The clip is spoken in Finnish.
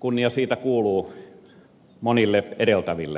kunnia siitä kuuluu myös monille edeltäville hallituksille